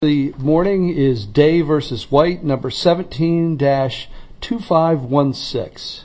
the morning is dave versus white number seventeen dash two five one s